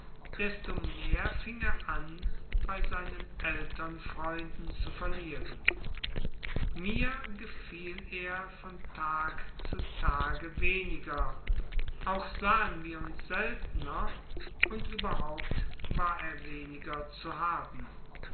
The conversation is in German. desto mehr fing er an bei seinen ältern freunden zu verlieren mir gefiel er von tag zu tage weniger auch sahen wir uns seltener und überhaupt war er weniger zu haben